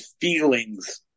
feelings